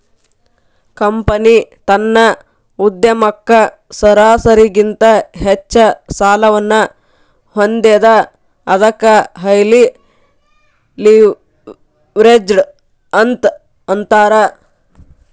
company ತನ್ನ ಉದ್ಯಮಕ್ಕ ಸರಾಸರಿಗಿಂತ ಹೆಚ್ಚ ಸಾಲವನ್ನ ಹೊಂದೇದ ಅದಕ್ಕ ಹೈಲಿ ಲಿವ್ರೇಜ್ಡ್ ಅಂತ್ ಅಂತಾರ